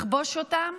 לכבוש אותם,